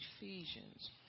Ephesians